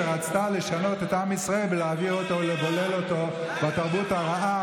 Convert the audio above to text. שרצתה לשנות את עם ישראל ולבולל אותו בתרבות הרעה,